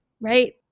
right